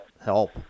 help